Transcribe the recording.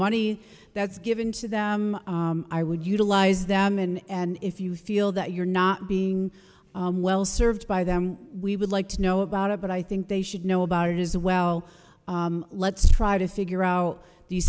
money that's given to them i would utilize them and if you feel that you're not being well served by them we would like to know about it but i think they should know about it is well let's try to figure out the